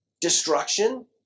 Destruction